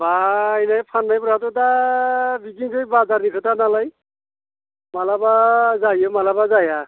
बायनाय फान्नायफ्राथ' दा बिदिनोसै बाजारनि खोथा नालाय मालाबा जायो मालाबा जाया